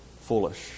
foolish